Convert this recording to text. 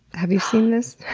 have you seen this?